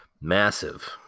massive